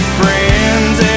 friends